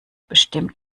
bestimmt